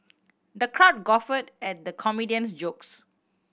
the crowd guffawed at the comedian's jokes